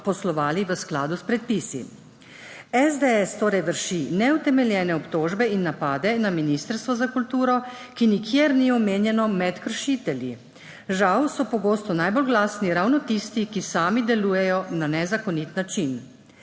v skladu s predpisi. SDS torej vrši neutemeljene obtožbe in napade na ministrstvo za kulturo, ki nikjer ni omenjeno med kršitelji. Žal so pogosto najbolj glasni ravno tisti, ki sami delujejo na nezakonit način.